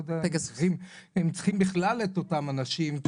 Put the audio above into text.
יודע אם הם צריכים בכלל את אותם האנשים.